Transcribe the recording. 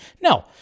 No